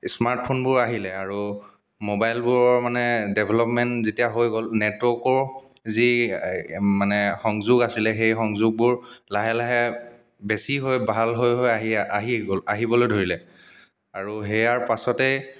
স্মাৰ্টফোনবোৰ আহিলে আৰু মোবাইলবোৰৰ মানে ডেভেলপমেণ্ট যেতিয়া হৈ গ'ল নেটৱৰ্কৰ যি মানে সংযোগ আছিলে সেই সংযোগবোৰ লাহে লাহে বেছি হৈ ভাল হৈ হৈ আহি আহি গ'ল আহিবলৈ ধৰিলে আৰু সেইয়াৰ পাছতে